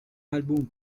album